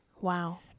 Wow